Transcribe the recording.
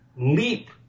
leap